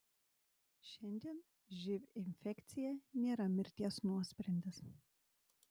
šiandien živ infekcija nėra mirties nuosprendis